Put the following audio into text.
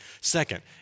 Second